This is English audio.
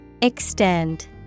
Extend